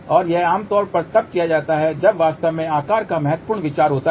और यह आमतौर पर तब किया जाता है जब वास्तव मे आकार का महत्वपूर्ण विचार होता है